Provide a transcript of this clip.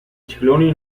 cicloni